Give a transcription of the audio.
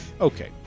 okay